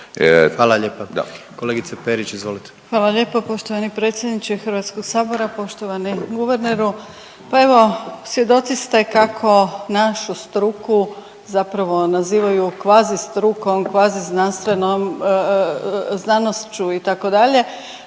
Hvala lijepa. Kolegice Perić, izvolite. **Perić, Grozdana (HDZ)** Hvala lijepo poštovani predsjedniče Hrvatskog sabora, poštovani guverneru. Pa evo svjedoci ste kako našu struku zapravo nazivaju kvazi strukom, kvazi znanošću itd. Mene